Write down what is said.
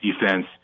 defense